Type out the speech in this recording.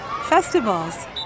Festivals